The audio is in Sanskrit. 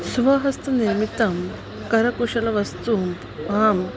स्वहस्तनिर्मितानि करकुशलवस्तूनि अहं